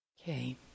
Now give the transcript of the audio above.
Okay